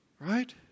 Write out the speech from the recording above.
Right